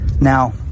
Now